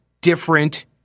different